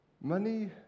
Money